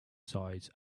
sides